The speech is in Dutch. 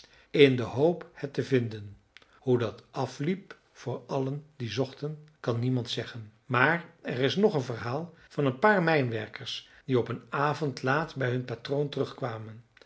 in de hoop het te vinden hoe dat afliep voor allen die zochten kan niemand zeggen maar er is nog een verhaal van een paar mijnwerkers die op een avond laat bij hun patroon terugkwamen